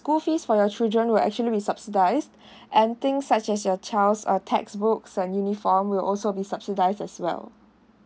school fees for your children will actually be subsidised and things such as your child's uh textbooks and uniform will also be subsidised as well